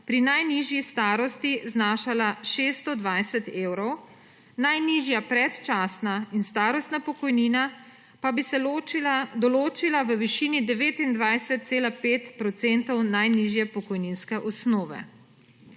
pri najnižji starosti znašala 620 evrov, najnižja predčasna in starostna pokojnina pa bi se določila v višini 29,5 procenta najnižje pokojninske osnove.